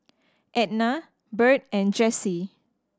Etna Byrd and Jessee